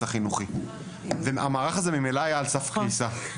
החינוכי והמערך הזה ממלא היה על סף קריסה,